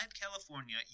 California